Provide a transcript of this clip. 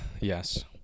Yes